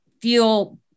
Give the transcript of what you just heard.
feel